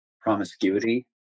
promiscuity